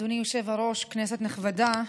אדוני היושב-ראש, כנסת נכבדה,